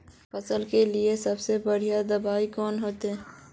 फसल के लिए सबसे बढ़िया दबाइ कौन होते?